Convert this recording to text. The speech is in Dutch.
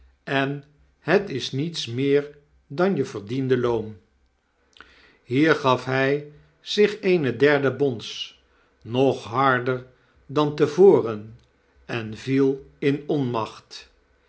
en het is niets meer dan je verdiende loon hier gaf hy zich eene derde bons nog harder dan te voren en viel in onmacht